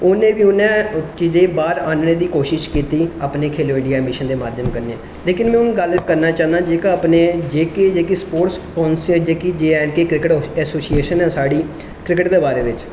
उनें बी उनें चीजें गी बाहर आह्नने दी कोशिश कीती अपने खेलो इड़िया दे माध्यम कन्नै लेकिन में हून गल्ल करना चाह्न्नां जेह्का अपने जेह्के जेह्के स्पोर्टस ना जेह्की J and K cricket association ऐ साढ़ी क्रिकेट दे बारे बिच